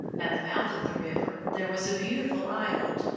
at the mouth of the river there was a beautiful island,